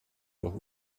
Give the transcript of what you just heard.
doch